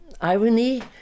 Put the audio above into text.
irony